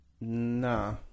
Nah